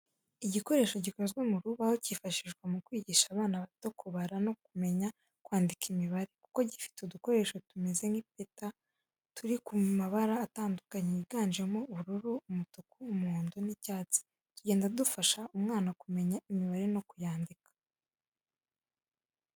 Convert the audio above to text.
Igikoresho gikoze mu rubaho cyifashishwa mu kwigisha abana bato kubara no kumenya kwandika imibare, kuko gifite udukoresho tumeze nk'impeta turi mu mabara atandukanye yiganjemo ubururu, umutuku, umuhondo n'icyatsi tugenda dufasha umwana kumenya imibare no kuyandika.